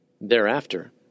Thereafter